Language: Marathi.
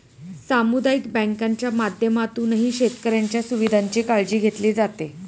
सामुदायिक बँकांच्या माध्यमातूनही शेतकऱ्यांच्या सुविधांची काळजी घेतली जाते